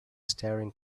staring